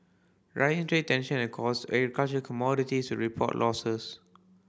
rising trade tension caused agricultural commodities to report losses